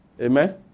Amen